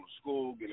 school